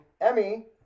Emmy